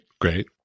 Great